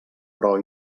però